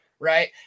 right